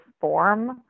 form